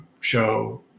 show